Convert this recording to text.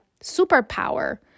superpower